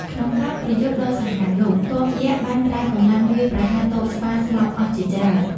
ក្នុងការប្រយុទ្ធដ៏សាហាវនោះ ទ័ពយក្សបានប្រើកម្លាំងវាយប្រហារទ័ពស្វាស្លាប់អស់ជាច្រើន។